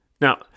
Now